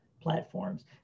platforms